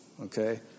Okay